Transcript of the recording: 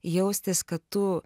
jaustis kad tu